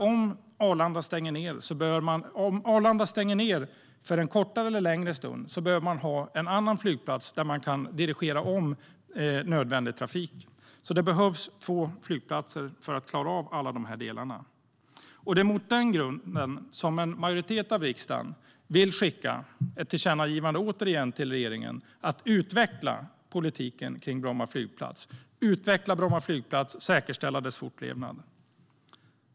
Det vill säga, om Arlanda stänger ned för en kortare eller längre stund behöver man ha en annan flygplats dit man kan dirigera om nödvändig trafik. Det behövs alltså två flygplatser för att klara av alla dessa delar. Det är mot den bakgrunden som en majoritet av riksdagen vill skicka ett tillkännagivande, återigen, till regeringen att utveckla politiken kring Bromma flygplats, utveckla Bromma flygplats och säkerställa dess fortlevnad.